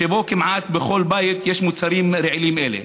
שבו כמעט בכל בית יש מוצרים רעילים כאלה.